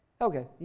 Okay